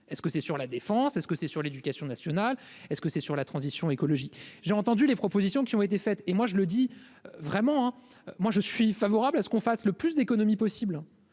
est-ce que c'est sur la défense est-ce que c'est sur l'éducation nationale est-ce que c'est sur la transition, écologie, j'ai entendu les propositions qui ont été faites et moi je le dis vraiment hein, moi je suis favorable à ce qu'on fasse le plus d'économies possibles